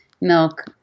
milk